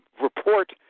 report